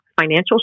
financial